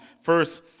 First